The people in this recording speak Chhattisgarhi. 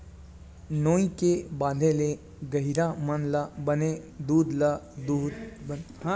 नोई के बांधे ले गहिरा मन ल बने दूद ल दूहूत बन जाथे नइते कतको ठन गाय ह दूद दूहने देबे नइ करय